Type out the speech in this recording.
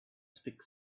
speak